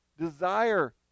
desire